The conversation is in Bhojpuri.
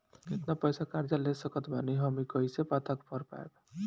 केतना पैसा तक कर्जा ले सकत बानी हम ई कइसे पता कर पाएम?